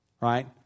right